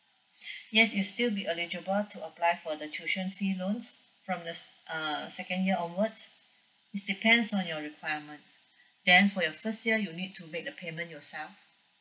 yes you still be eligible to apply for the tuition fee loans from the s~ err second year onwards it's depends on your requirement then for your first year you need to make the payment yourself